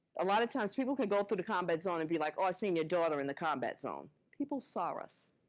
a lot of times, people could through the combat zone and be like, oh, i've seen your daughter in the combat zone. people saw us.